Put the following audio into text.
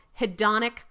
hedonic